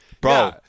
bro